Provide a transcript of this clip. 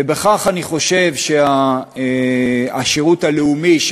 ובכך אני חושב שהשירות הלאומי,